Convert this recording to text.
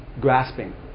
grasping